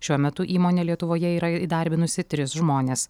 šiuo metu įmonė lietuvoje yra įdarbinusi tris žmones